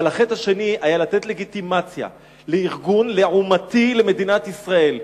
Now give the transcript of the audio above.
אבל החטא השני היה לתת לגיטימציה לארגון לעומתי למדינת ישראל,